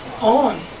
on